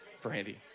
brandy